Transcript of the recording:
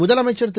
முதலமைச்சா் திரு